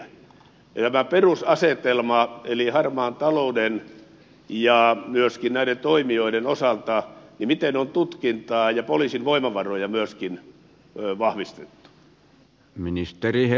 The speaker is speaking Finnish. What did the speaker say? miten tämän perusasetelman eli harmaan talouden ja myöskin näiden toimijoiden osalta on tutkintaa ja poliisin voimavaroja vahvistettu